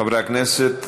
חוק לתיקון